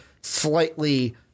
slightly